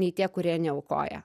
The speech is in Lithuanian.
nei tie kurie neaukoja